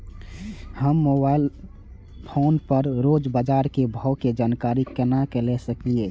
हम mobile phone पर रोज बाजार के भाव के जानकारी केना ले सकलिये?